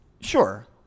Sure